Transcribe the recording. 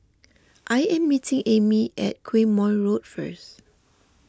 I am meeting Amy at Quemoy Road first